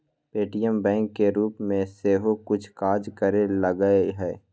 Paytm bank के रूप में सेहो कुछ काज करे लगलै ह